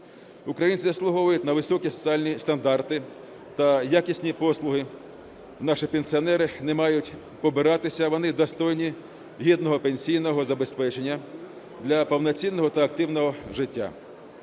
Українці заслуговують на високі соціальні стандарти та якісні послуги. Наші пенсіонери не мають побиратися, вони достойні гідного пенсійного забезпечення для повноцінного та активного життя.